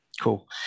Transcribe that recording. Cool